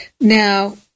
Now